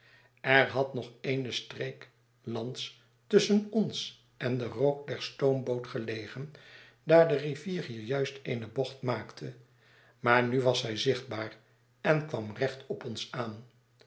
er had nog eene streek lands tusschen ons en den rook der stoornboot gelegen daar de rivier hier juist eene bocht maakte maar nu was zij zichtbaar en kwam recht op ons aan